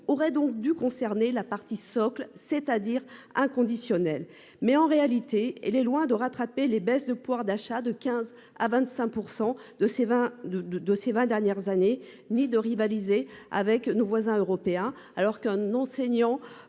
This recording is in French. aurait donc dû concerner la partie socle c'est-à-dire inconditionnel. Mais en réalité, elle est loin de rattraper les baisses de pouvoir d'achat de 15 à 25% de ces vins de de de ces 20 dernières années ni de rivaliser avec nos voisins européens. Alors qu'un enseignant